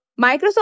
Microsoft